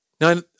Now